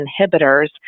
inhibitors